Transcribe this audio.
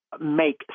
make